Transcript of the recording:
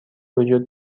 وجود